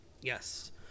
Yes